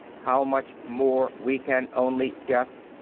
how much more, we can only guess.